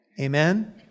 Amen